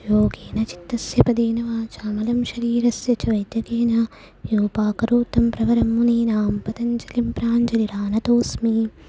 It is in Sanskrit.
योगेन चित्तस्य पदेन वाचां मलं शरीरस्य च वैद्यकेन योपाकरोत्तं प्रवरं मुनीनां पतञ्जलिं प्राञ्जलिरानतोस्मि